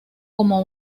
como